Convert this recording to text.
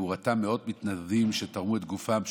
הוא רתם מאות מתנדבים והם תרמו את גופם,